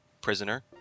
prisoner